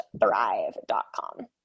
thrive.com